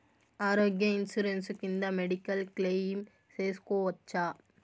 ఆరోగ్య ఇన్సూరెన్సు కింద medical claim సేసుకోవచ్చా?